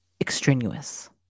extraneous